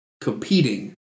competing